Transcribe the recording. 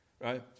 Right